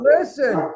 Listen